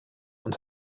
und